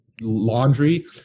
laundry